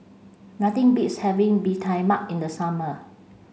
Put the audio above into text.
nothing beats having Bee Tai Mak in the summer